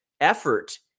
effort